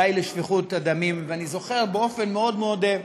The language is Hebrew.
די לשפיכות הדמים, ואני זוכר באופן מאוד מאוד,